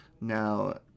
Now